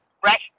fresh